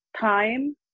time